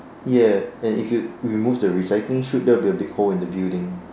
ya and if you remove the recycling chute there will be a big hole in the building